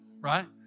right